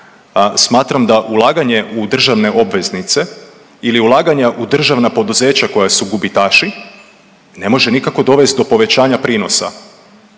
smatram da ulaganje u državne obveznice ili ulaganja u državna poduzeća koja su gubitaši ne može nikako dovesti do povećanja prinosa.